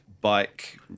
bike